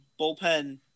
bullpen